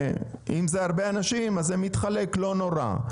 שאם זה הרבה אנשים אז זה מתחלק, לא נורא.